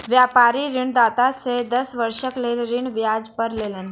व्यापारी ऋणदाता से दस वर्षक लेल ऋण ब्याज पर लेलैन